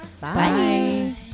Bye